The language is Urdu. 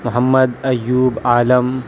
محمد ایوب عالم